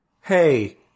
hey